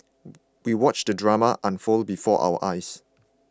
we watched the drama unfold before our eyes